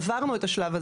עברנו את השלב.